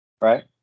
right